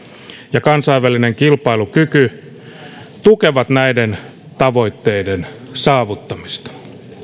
ja kansainvälinen kilpailukyky tukevat näiden tavoitteiden saavuttamista